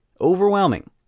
overwhelming